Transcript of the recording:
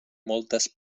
moltes